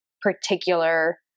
particular